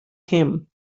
him